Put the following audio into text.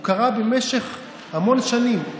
הוא קרה במשך המון שנים.